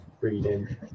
reading